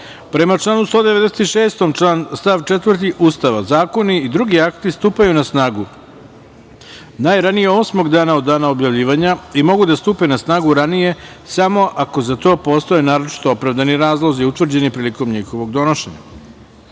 članu 196. stav 4. Ustava Republike Srbije, zakoni i drugi akti stupaju na snagu najranije osmog dana od dana objavljivanja i mogu da stupe na snagu ranije samo ako za to postoje naročito opravdani razlozi utvrđeni prilikom njihovog donošenja. Stavljam